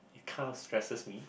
kinda stresses me